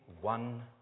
one